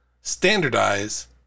standardize